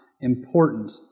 important